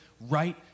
right